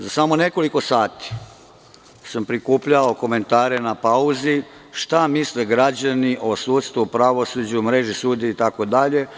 Za samo nekoliko sati sam prikupljao komentare na pauzi, šta misle građani o sudstvu, pravosuđu, mreži sudova, itd?